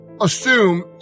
assume